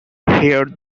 here